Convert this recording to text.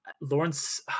Lawrence